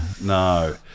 no